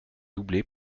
doublées